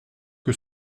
que